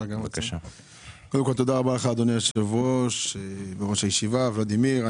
תודה רבה לך אדוני היושב בראש הישיבה, ולדימיר.